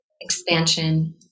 expansion